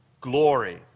glory